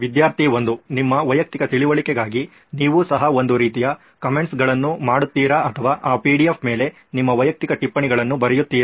ವಿದ್ಯಾರ್ಥಿ 1 ನಿಮ್ಮ ವೈಯಕ್ತಿಕ ತಿಳುವಳಿಕೆಗಾಗಿ ನೀವು ಸಹ ಒಂದು ರೀತಿಯ ಕಾಮೆಂಟ್ಗಳನ್ನು ಮಾಡುತ್ತಿದ್ದೀರಾ ಅಥವಾ ಆ PDF ಮೇಲೆ ನಿಮ್ಮ ವೈಯಕ್ತಿಕ ಟಿಪ್ಪಣಿಗಳನ್ನು ಬರೆಯುತ್ತೀರಾ